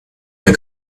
der